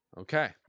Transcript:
Okay